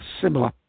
similar